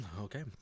okay